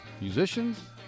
musicians